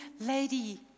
lady